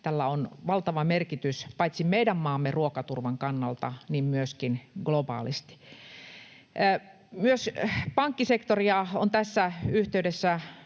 tällä on valtava merkitys paitsi meidän maamme ruokaturvan kannalta niin myöskin globaalisti. Myös pankkisektoria on tässä yhteydessä